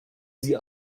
sie